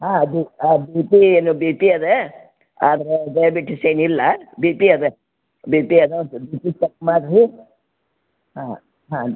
ಹಾಂ ಅದು ಹಾಂ ಬಿ ಪಿ ಏನು ಬಿ ಪಿ ಅದೇ ಆದರೆ ಡಯಾಬಿಟೀಸ್ ಏನು ಇಲ್ಲ ಬಿ ಪಿ ಅದೆ ಬಿ ಪಿ ಅದ ಒಂಚೂರು ಬಿ ಪಿ ಚಕ್ ಮಾಡಿರಿ ಹಾಂ ಹಾಂ